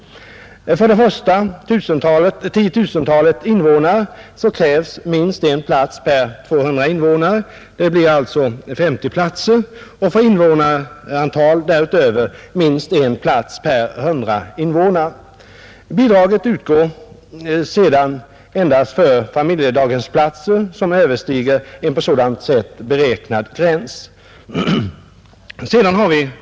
För det första tiotusentalet invånare krävs minst en plats per 200 invånare. Det blir alltså 50 platser. För invånarantal därutöver krävs minst en plats per 100 invånare. Bidraget utgår sedan endast för familjedaghemsplatser som ligger ovanför en på sådant sätt beräknad gräns.